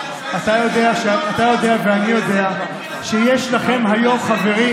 אתה יודע ואני יודע שיש לכם היום חברים,